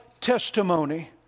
testimony